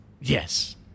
Yes